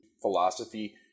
philosophy